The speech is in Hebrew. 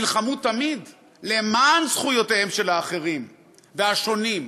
נלחמו תמיד למען זכויותיהם של האחרים והשונים,